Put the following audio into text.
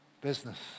business